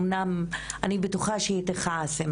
אמנם אני בטוחה שהיא תכעס,